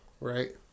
right